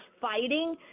fighting